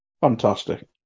fantastic